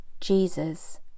Jesus